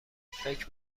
فکر